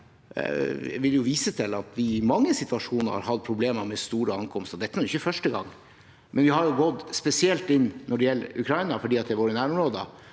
vil vise til at vi i mange situasjoner har hatt problemer med store ankomster. Dette er ikke første gang – vi har gått spesielt inn når det gjelder Ukraina, fordi det er vårt nærområde